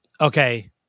okay